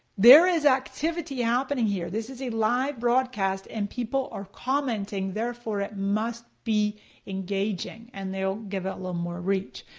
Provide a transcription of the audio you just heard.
there is activity happening here. this is a live broadcast and people are commenting, therefore it must be engaging, and they'll give it a little more reach.